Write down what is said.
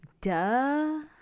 duh